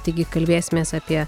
taigi kalbėsimės apie